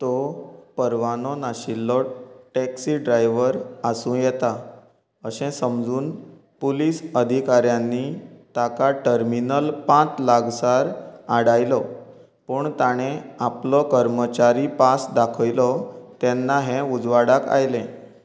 तो परवानो नाशिल्लो टॅक्सी ड्रायवर आसूं येता अशें समजून पुलीस अधिकाऱ्यांनी ताका टर्मिनल पांच लागसार आडायलो पूण ताणें आपलो कर्मचारी पास दाखयलो तेन्ना हें उजवाडाक आयलें